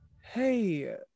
Hey